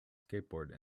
skateboard